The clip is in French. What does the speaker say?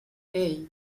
hey